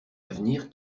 avenir